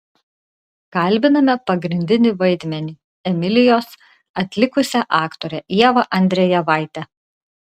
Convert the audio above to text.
kalbiname pagrindinį vaidmenį emilijos atlikusią aktorę ievą andrejevaitę